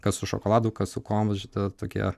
kas su šokoladu kas su kuom šita tokie